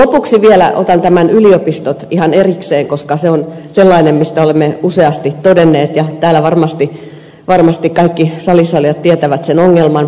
lopuksi vielä otan yliopistot ihan erikseen koska se on sellainen asia mistä olemme useasti todenneet ja täällä varmasti kaikki salissa olijat tietävät sen ongelman